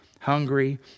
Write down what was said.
hungry